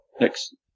Next